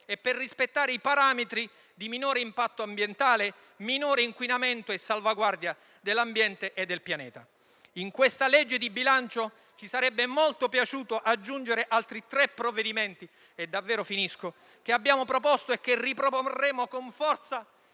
e per rispettare i parametri di minore impatto ambientale, minore inquinamento e salvaguardia dell'ambiente e del Pianeta. In questo disegno di legge di bilancio ci sarebbe molto piaciuto aggiungere altri tre provvedimenti - davvero concludo - che abbiamo proposto e che riproporremo con forza